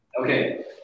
Okay